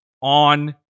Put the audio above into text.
On